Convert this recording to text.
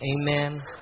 amen